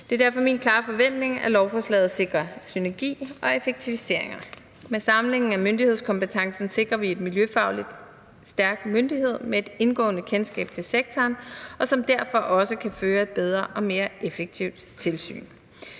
Det er derfor min klare forventning, at lovforslaget sikrer synergi og effektiviseringer. Med samlingen af myndighedskompetencen sikrer vi en miljøfagligt stærk myndighed med et indgående kendskab til sektoren, og som derfor også kan føre et bedre og mere effektivt tilsyn.